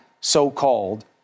so-called